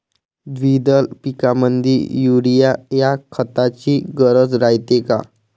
द्विदल पिकामंदी युरीया या खताची गरज रायते का?